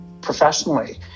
professionally